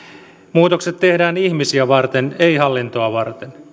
muutokset tehdään ihmisiä varten ei hallintoa varten